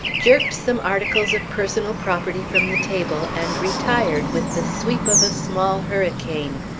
jerked some articles of personal property from the table and retired with the sweep of a small hurricane.